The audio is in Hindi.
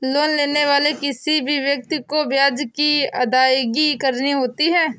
लोन लेने वाले किसी भी व्यक्ति को ब्याज की अदायगी करनी होती है